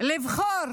לבחור